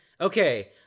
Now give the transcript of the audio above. okay